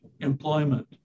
employment